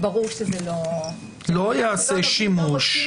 לא ייעשה שימוש.